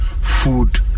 food